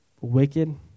wicked